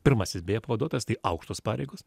pirmasis beje pavaduotojas tai aukštos pareigos